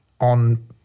on